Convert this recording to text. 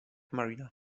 marina